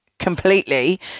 completely